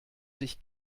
sich